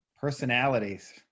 Personalities